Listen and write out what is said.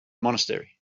monastery